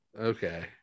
Okay